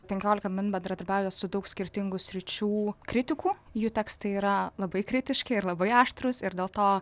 penkiolika min bendradarbiauja su daug skirtingų sričių kritikų jų tekstai yra labai kritiški ir labai aštrūs ir dėl to